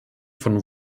von